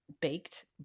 baked